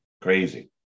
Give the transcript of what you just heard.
crazy